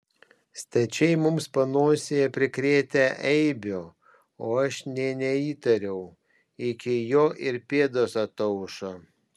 stačiai mums panosėje prikrėtę eibių o aš nė neįtariau iki jo ir pėdos ataušo